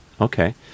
Okay